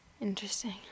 Interesting